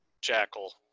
jackal